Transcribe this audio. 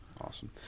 Awesome